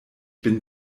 bin